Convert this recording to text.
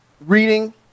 Reading